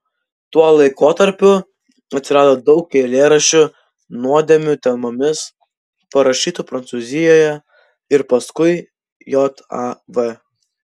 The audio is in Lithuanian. tuo laikotarpiu atsirado daug eilėraščių nuodėmių temomis parašytų prancūzijoje ir paskui jav